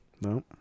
No